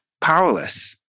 Powerless